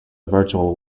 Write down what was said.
virtual